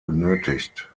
benötigt